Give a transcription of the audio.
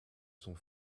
sont